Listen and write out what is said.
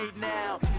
now